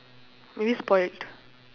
maybe spoilt